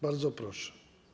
Bardzo proszę.